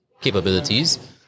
capabilities